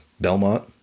Belmont